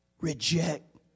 reject